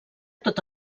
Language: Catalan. tot